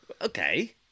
Okay